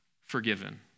forgiven